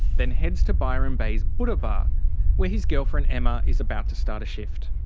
then heads to byron bay's buddha bar where his girlfriend emma is about to start a shift.